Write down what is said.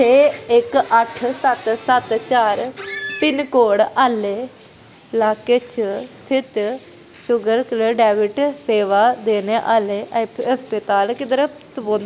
छे इक अठ्ठ सत्त सत्त चार पिनकोड आह्ले लाके च स्थित शूगर सेवा देने आह्ले